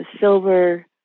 silver